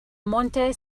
monte